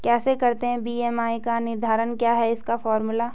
कैसे करते हैं बी.एम.आई का निर्धारण क्या है इसका फॉर्मूला?